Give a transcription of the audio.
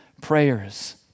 prayers